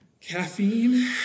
caffeine